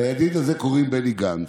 לידיד הזה קוראים בני גנץ.